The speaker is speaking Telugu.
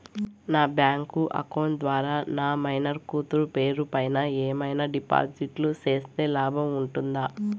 నా బ్యాంకు అకౌంట్ ద్వారా నా మైనర్ కూతురు పేరు పైన ఏమన్నా డిపాజిట్లు సేస్తే లాభం ఉంటుందా?